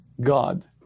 God